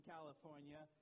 California